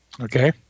Okay